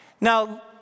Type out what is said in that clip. Now